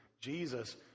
Jesus